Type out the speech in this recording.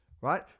Right